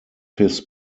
his